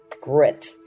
grit